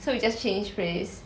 so we just change place